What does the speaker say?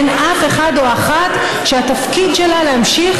אין אף אחד או אחת שהתפקיד שלה להמשיך